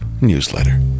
newsletter